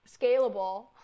scalable